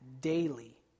daily